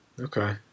Okay